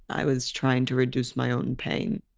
i was trying to reduce my own pain.